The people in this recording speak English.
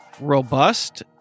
robust